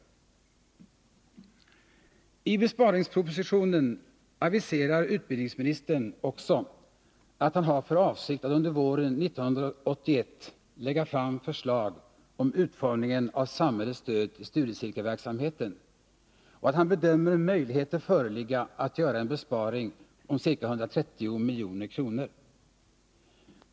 I besparingspropositionen aviserar utbildningsministern också att han har för avsikt att under våren 1981 lägga fram förslag om utformningen av samhällets stöd till studiecirkelverksamheten och att han bedömer möjligheter föreligga att göra en besparing på ca 130 milj.kr.